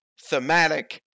thematic